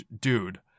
dude